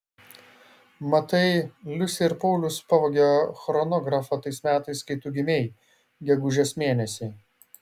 matai liusė ir paulius pavogė chronografą tais metais kai tu gimei gegužės mėnesį